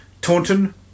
Taunton